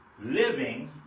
living